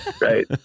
Right